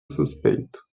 suspeito